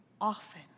often